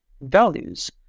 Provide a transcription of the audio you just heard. values